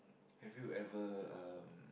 have you ever um